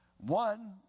One